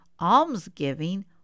almsgiving